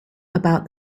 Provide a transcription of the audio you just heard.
about